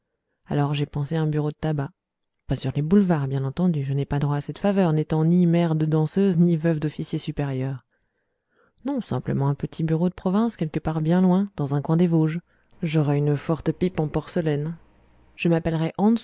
alors j'ai pensé à un bureau de tabac pas sur les boulevards bien entendu je n'ai pas droit à cette faveur n'étant ni mère de danseuse ni veuve d'officier sperrior non simplement un petit bureau de province quelque part bien loin dans un coin des vosges j'aurai une forte pipe en porcelaine je m'appellerai